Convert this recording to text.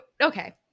okay